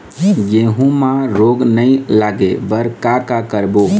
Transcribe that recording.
गेहूं म रोग नई लागे बर का का करबो?